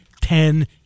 Ten